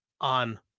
on